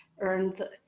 earned